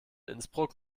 innsbruck